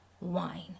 wine